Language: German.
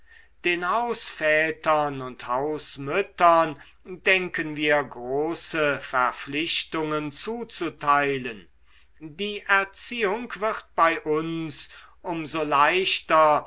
den hausvätern und hausmüttern denken wir große verpflichtungen zuzuteilen die erziehung wird bei uns um so leichter